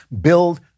build